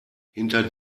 hinter